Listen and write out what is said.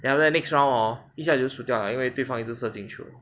then after that next round hor 一下就输掉了因为对方一直射进球